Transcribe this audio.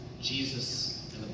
Jesus